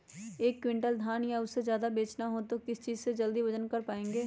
एक क्विंटल धान या उससे ज्यादा बेचना हो तो किस चीज से जल्दी वजन कर पायेंगे?